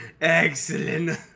excellent